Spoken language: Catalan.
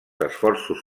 esforços